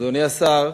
אדוני השר,